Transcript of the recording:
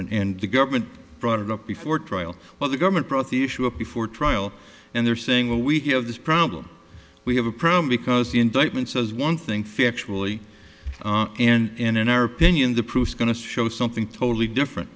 in and the government brought it up before trial well the government brought the issue up before trial and they're saying well we have this problem we have a problem because the indictment says one thing factually and in our opinion the proof is going to show something totally different